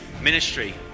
ministry